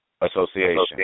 Association